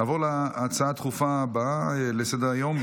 נעבור להצעה הדחופה הבאה לסדר-היום,